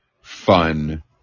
fun